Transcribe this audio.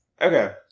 Okay